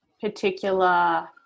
particular